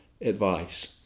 advice